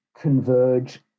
converge